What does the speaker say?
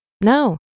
No